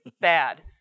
bad